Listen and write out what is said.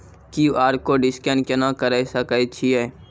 QR code scan केना करै सकय छियै?